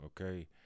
okay